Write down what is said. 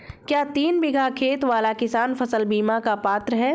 क्या तीन बीघा खेत वाला किसान फसल बीमा का पात्र हैं?